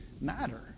matter